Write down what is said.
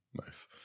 Nice